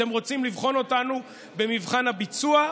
אתם רוצים לבחון אותנו במבחן הביצוע,